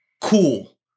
cool